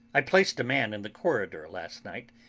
i placed a man in the corridor last night,